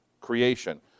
creation